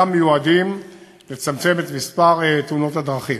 וגם מיועדים לצמצם את מספר תאונות הדרכים.